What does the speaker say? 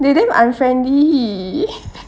they damn unfriendly